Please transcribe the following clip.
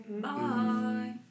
Bye